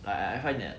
I I find that